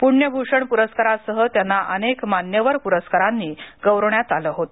पुण्यभूषण पुरस्कारासह त्यांना अनेक मान्यवर पुरस्कारांनी गौरवण्यात आल होत